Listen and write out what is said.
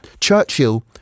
Churchill